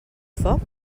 foc